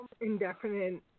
indefinite